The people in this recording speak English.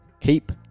keep